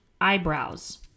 eyebrows